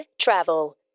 travel